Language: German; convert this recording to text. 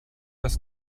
das